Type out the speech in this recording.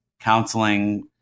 counseling